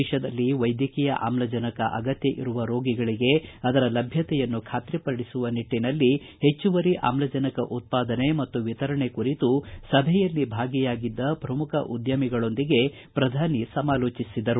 ದೇಶದಲ್ಲಿ ವೈದ್ಯಕೀಯ ಆಮ್ಲಜನಕ ಆಗತ್ತ ಇರುವ ರೋಗಿಗಳಿಗೆ ಅದರ ಲಭ್ಯತೆಯನ್ನು ಖಾತ್ರಿಪಡಿಸುವ ನಿಟ್ಟಿನಲ್ಲಿ ಪೆಚ್ಚುವರಿ ಆಕ್ಲಿಜನ್ ಉತ್ಪಾದನೆ ಮತ್ತು ವಿತರಣೆ ಕುರಿತು ಸಭೆಯಲ್ಲಿ ಭಾಗಿಯಾಗಿದ್ದ ಪ್ರಮುಖ ಉದ್ದಮಿಗಳೊಂದಿಗೆ ಪ್ರಧಾನಿ ಸಮಾಲೋಜಿಸಿದರು